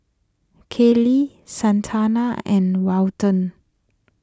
Kaylie Santana and Welton